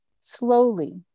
slowly